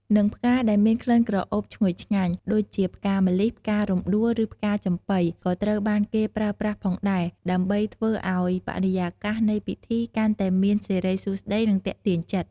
និងផ្កាដែលមានក្លិនក្រអូបឈ្ងុយឆ្ងាញ់ ដូចជាផ្កាម្លិះ ផ្ការំដួល ឬផ្កាចំប៉ី ក៏ត្រូវបានគេប្រើប្រាស់ផងដែរ ដើម្បីធ្វើឱ្យបរិយាកាសនៃពិធីកាន់តែមានសិរីសួស្តី និងទាក់ទាញចិត្ត។